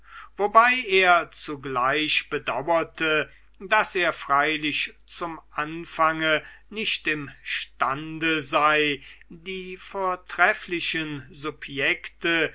wobei er zugleich bedauerte daß er freilich zum anfange nicht imstande sei die vortrefflichen subjekte